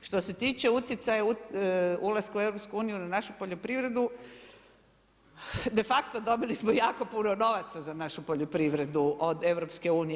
Što se tiče utjecaja ulaska u EU u našu poljoprivredu, de facto dobili smo jako puno novaca za našu poljoprivredu od EU.